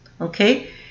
okay